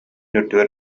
үрдүгэр